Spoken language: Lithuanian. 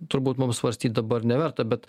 turbūt mums svarstyt dabar neverta bet